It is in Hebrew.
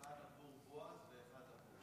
אחד עבור בועז ואחד עבורי.